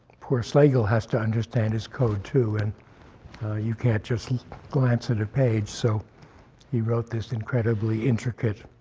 poor slagle has to understand his code, too, and you can't just glance at a page. so he wrote this incredibly intricate,